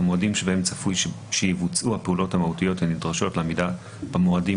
המועדים שבהם צפוי שיבוצעו הפעולות המהותיות הנדרשות לעמידה במועדים